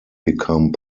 become